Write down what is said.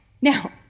Now